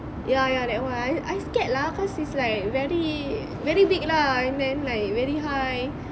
ya ya that one I I scared lah cause it's like very very big lah and then like really high